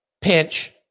pinch